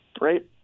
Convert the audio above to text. right